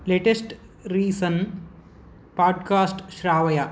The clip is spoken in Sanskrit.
लेटेस्ट् रीसन्ट् पाड्कास्ट् श्रावय